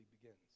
begins